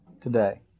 today